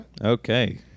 Okay